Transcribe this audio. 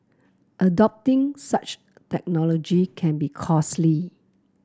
adopting such technology can be costly